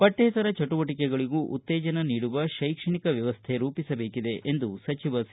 ಪಕ್ಕೇತರ ಚಟುವಟಕಗಳಗೂ ಉತ್ತೇಜನ ನೀಡುವ ಶೈಕ್ಷಣಿಕ ವ್ಯವಸ್ಥೆ ರೂಪಿಸಬೇಕಿದೆ ಎಂದು ಸಿ